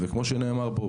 וכמו שנאמר פה,